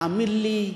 תאמין לי,